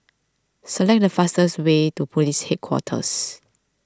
select the fastest way to Police Headquarters